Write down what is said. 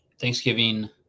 Thanksgiving